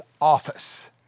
office